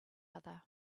other